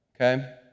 Okay